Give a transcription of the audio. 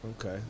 Okay